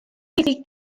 iddi